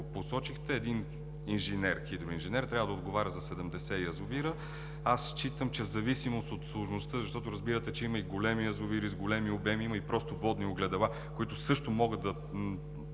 посочихте, един хидроинженер трябва да отговаря за 70 язовира. Аз считам, че в зависимост от сложността, защото разбирате, че има и големи язовири с големи обеми, има и просто водни огледала, които също могат да